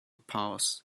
pause